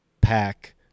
pack